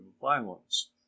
violence